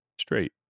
straight